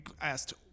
asked